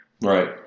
Right